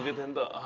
then the